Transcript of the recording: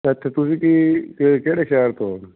ਇੱਥੇ ਤੁਸੀਂ ਕੀ ਕਿ ਕਿਹੜੇ ਸ਼ਹਿਰ ਤੋਂ